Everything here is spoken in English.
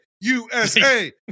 usa